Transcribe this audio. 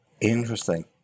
Interesting